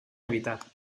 evitar